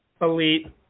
Elite